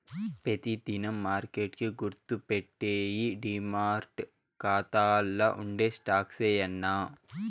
పెతి దినం మార్కెట్ కి గుర్తుపెట్టేయ్యి డీమార్ట్ కాతాల్ల ఉండే స్టాక్సే యాన్నా